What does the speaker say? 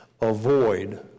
avoid